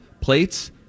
plates